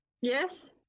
Yes